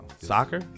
Soccer